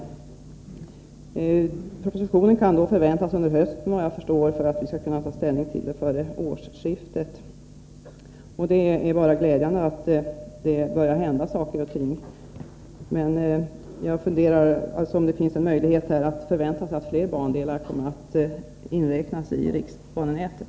Propositionen kan efter vad jag förstår förväntas under hösten för att vi skall kunna ta ställning till den före årsskiftet. Det är bara glädjande att det börjar hända saker och ting, men jag funderar alltså över om det finns en möjlighet att fler bandelar kommer att inräknas i riksbanenätet.